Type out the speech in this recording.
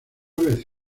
vez